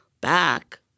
back